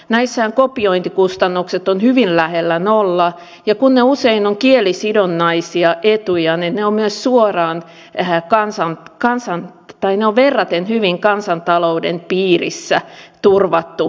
näissähän kopiointikustannukset ovat hyvin lähellä nollaa ja kun ne usein ovat kielisidonnaisia etuja niin ne ovat myös verraten hyvin kansantalouden piirissä turvattu kilpailuetu